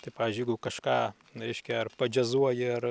tai pavyzdžiui jeigu kažką reiškia ar padžiazuoji ar